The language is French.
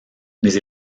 mais